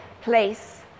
place